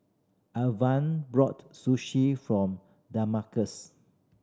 Alvah brought Sushi from Damarcus